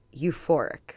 euphoric